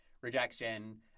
rejection